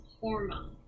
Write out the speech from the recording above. hormone